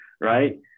right